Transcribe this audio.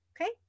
Okay